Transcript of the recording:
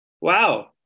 Wow